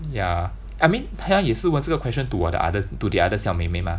ya I mean 他也是问这个 question to the others to the other 小妹妹 mah